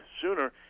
sooner